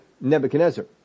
Nebuchadnezzar